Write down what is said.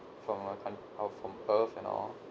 from our coun~ uh from earth and all